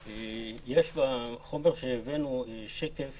בחומר שהבאנו יש שקף